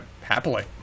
Happily